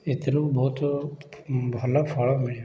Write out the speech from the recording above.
ଏଥିରୁ ବହୁତ ଭଲ ଫଳ ମିଳିବ